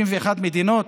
51 מדינות